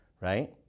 right